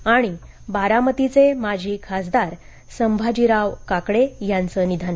आणि बारामतीचे माजी खासदार संभाजीराव काकडे यांचं निधन